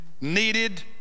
needed